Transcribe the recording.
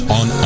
on